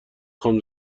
خوام